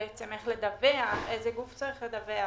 איך לדווח, איזה גוף צריך לדווח,